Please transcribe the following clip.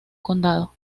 condado